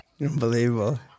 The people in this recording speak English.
Unbelievable